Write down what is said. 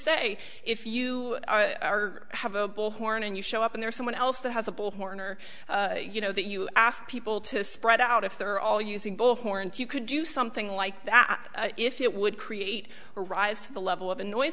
say if you have a bullhorn and you show up and there's someone else that has a bullhorn or you know that you ask people to spread out if they're all using horns you could do something like that if it would create a rise to the level of a no